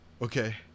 Okay